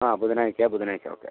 ആ ബുധനാഴ്ച്ചയാ ബുധനാഴ്ച്ച ഓക്കെ